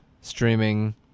streaming